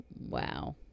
Wow